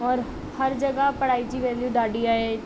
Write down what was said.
और हर जॻहि पढ़ाई जी वेल्यू ॾाढी आहे